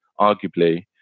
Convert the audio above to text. arguably